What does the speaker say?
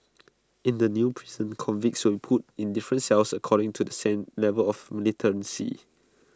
in the new prison convicts will be put in different cells according to the same level of militancy